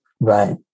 Right